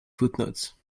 footnotes